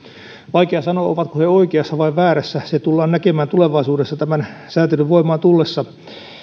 vaikea sanoa ovatko he oikeassa vai väärässä se tullaan näkemään tulevaisuudessa tämän säätelyn voimaan tullessa